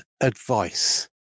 advice